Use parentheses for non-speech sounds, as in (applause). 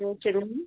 (unintelligible) room